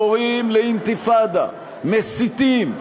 קוראים לאינתיפאדה, מסיתים,